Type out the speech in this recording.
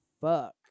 fuck